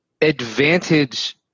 advantage